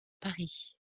paris